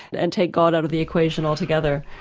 and take god out of the equation altogether?